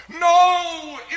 no